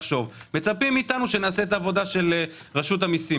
מצפים מאתנו שנעשה את העבודה של רשות המיסים.